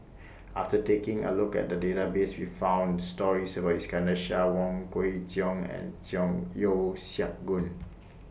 after taking A Look At The Database We found stories about Iskandar Shah Wong Kwei Cheong and Cheong Yeo Siak Goon